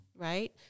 right